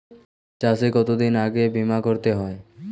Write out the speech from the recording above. চাষে কতদিন আগে বিমা করাতে হয়?